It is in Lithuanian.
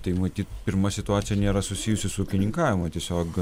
tai matyt pirma situacija nėra susijusi su ūkininkavimu tiesiog